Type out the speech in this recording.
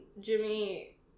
Jimmy